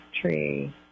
tree